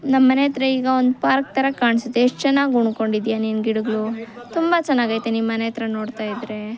ನಮ್ಮನೆ ಹತ್ರ ಈಗ ಒಂದು ಪಾರ್ಕ್ ಥರ ಕಾಣಿಸುತ್ತೆ ಎಷ್ಟು ಚೆನ್ನಾಗಿ ಉಣ್ಕೊಂಡಿದ್ದೀಯ ನಿನ್ನ ಗಿಡಗಳು ತುಂಬ ಚೆನ್ನಾಗೈತೆ ನಿಮ್ಮನೆ ಹತ್ರ ನೋಡ್ತಾಯಿದ್ರೆ